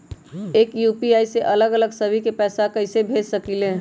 एक यू.पी.आई से अलग अलग सभी के पैसा कईसे भेज सकीले?